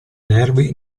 nervi